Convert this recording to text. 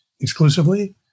exclusively